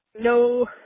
No